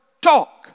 talk